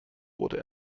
wurde